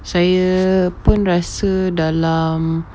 saya pun rasa dalam